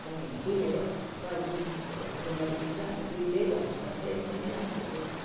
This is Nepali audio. म हिन्दू मेरो हस्बेन्ड चाहिँ अब बुद्धिस्ट भएकोले गर्दाखेरि चाहिँ हामी दुईवटै धर्मलाई चाहिँ एकदमै राम्रोसितले